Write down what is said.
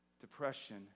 depression